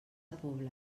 pobla